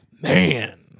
Man